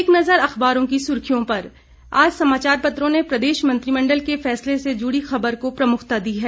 एक नजर अखबारों की सुर्खियों पर आज समाचार पत्रों ने प्रदेश मंत्रिमंडल के फैसले से जुड़ी खबर को प्रमुखता दी है